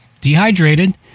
dehydrated